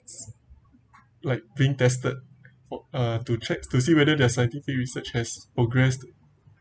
like being tested for uh to check to see whether their scientific research has progressed